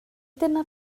dyna